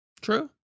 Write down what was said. True